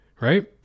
Right